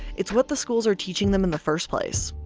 it's what the schools are teaching them in the first place.